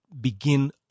Begin